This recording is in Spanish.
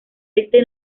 este